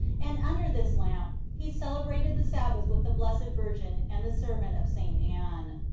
and under this lamp he celebrated the sabbath with the blessed virgin and the servant of st. anne.